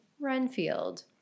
renfield